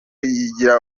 yigira